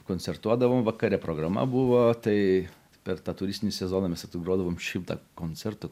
koncertuodavom vakare programa buvo tai per tą turistinį sezoną mes atgrodavom šimtą koncertų